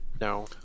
No